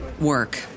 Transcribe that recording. work